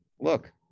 look